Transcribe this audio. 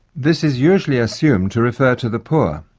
this is usually assumed to refer to the poor,